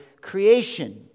creation